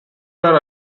were